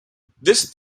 this